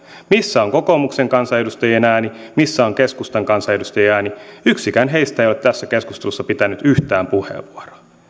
missä on kokoomuksen kansanedustajien ääni missä on keskustan kansanedustajien ääni yksikään heistä ei ole tässä keskustelussa pitänyt yhtään puheenvuoroa